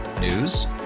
News